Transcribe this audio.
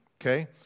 Okay